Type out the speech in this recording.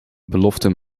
belofte